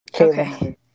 Okay